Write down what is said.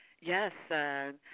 Yes